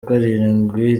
karindwi